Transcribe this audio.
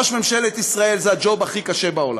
ראש ממשלת ישראל זה הג'וב הכי קשה בעולם,